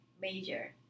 major